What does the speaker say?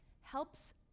helps